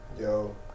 yo